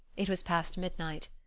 it was past midnight.